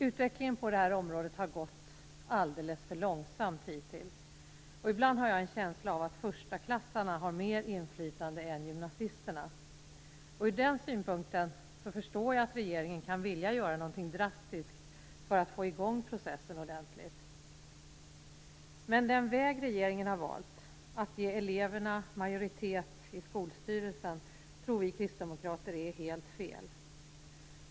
Utvecklingen på detta område har hittills gått alldeles för långsamt. Ibland har jag en känsla av att förstaklassarna har mer inflytande än gymnasisterna. Ur den synpunkten kan jag förstå att regeringen kan vilja göra någonting drastiskt för att få igång processen ordentligt. Men den väg regeringen har valt, att ge eleverna majoritet i skolstyrelsen, tror vi kristdemokrater är helt fel.